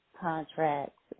Contracts